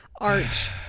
arch